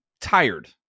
tired